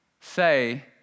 say